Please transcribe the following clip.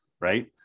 right